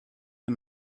the